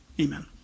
amen